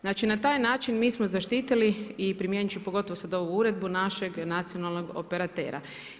Znači na taj način mi smo zaštitili i primijenit ću pogotovo sad ovu uredbu našeg nacionalnog operatera.